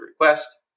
request